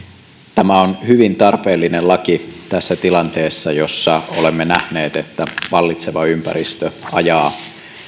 tämä on hyvin tarpeellinen laki tässä tilanteessa jossa olemme nähneet että vallitseva ympäristö ajaa